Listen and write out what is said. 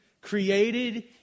created